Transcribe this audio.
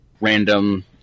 random